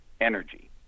energy